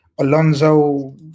Alonso